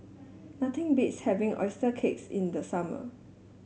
nothing beats having oyster case in the summer